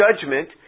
judgment